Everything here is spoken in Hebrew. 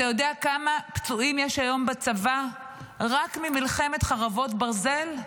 אתה יודע כמה פצועים יש היום בצבא רק ממלחמת חרבות ברזל?